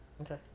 Okay